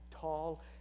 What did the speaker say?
tall